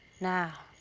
now.